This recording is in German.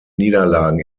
niederlagen